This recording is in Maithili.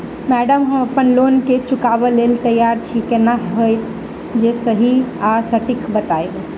मैडम हम अप्पन लोन केँ चुकाबऽ लैल तैयार छी केना हएत जे सही आ सटिक बताइब?